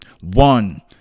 One